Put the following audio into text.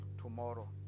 tomorrow